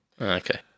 Okay